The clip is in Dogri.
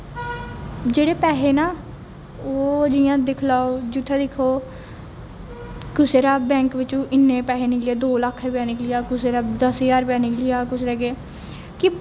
जेह्ड़े पैहे ना ओह् जियां दिक्खी लैओ जित्थें दिक्खो कुसै दा बैंक बिच्चो इन्ने पैहे निकली गे दो लक्ख रपेआ निकली गेआ कुसै दा दस ज्हार निकली गेआ कुसै दा केह्